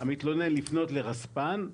המתלונן לפנות לרספ"ן,